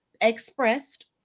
expressed